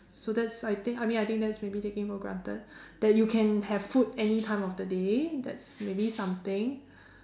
so that's I think I mean I think that's maybe taking for granted that you can have food anytime of the day that's maybe something